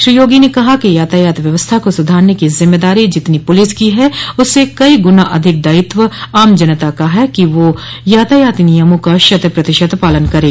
श्री योगी ने कहा कि यातायात व्यवस्था को सुधारने को जिम्मेदारी जितनी पुलिस की है उससे कई गुना अधिक दायित्व आम जनता का है कि वह यातायात नियमों का शत प्रतिशत पालन करे